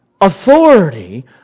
authority